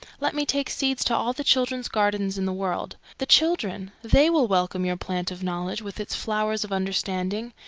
let me take seeds to all the children's gardens in the world. the children! they will welcome your plant of knowledge with its flowers of understanding,